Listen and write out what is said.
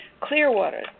clearwater